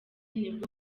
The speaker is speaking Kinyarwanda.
nibwo